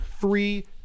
three